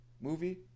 movie